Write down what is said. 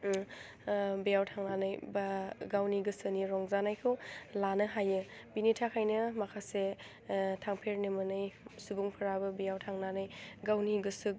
बेयाव थांनानै बा गावनि गोसोनि रंजानायखौ लानो हायो बिनि थाखायनो माखासे थांफेरनो मोनै सुबुंफ्राबो बेयाव थांनानै गावनि गोसो